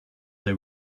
they